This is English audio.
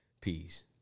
Peace